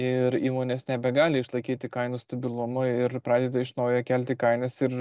ir įmonės nebegali išlaikyti kainų stabilumo ir pradeda iš naujo kelti kainas ir